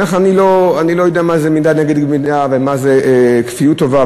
אני לא יודע מה זה מידה כנגד מידה ומה זה כפיות טובה,